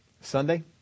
Sunday